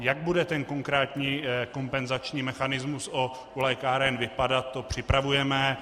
Jak bude ten konkrétní kompenzační mechanismus u lékáren vypadat, to připravujeme.